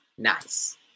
Nice